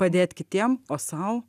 padėt kitiem o sau